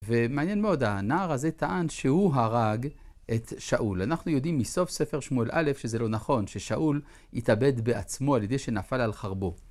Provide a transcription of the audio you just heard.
ומעניין מאוד, הנער הזה טען שהוא הרג את שאול. אנחנו יודעים מסוף ספר שמואל א', שזה לא נכון, ששאול התאבד בעצמו על ידי שנפל על חרבו.